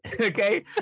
okay